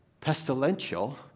pestilential